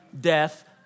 death